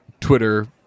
Twitter